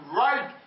right